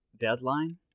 deadline